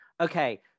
Okay